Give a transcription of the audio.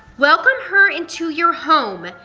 welcome her into your home,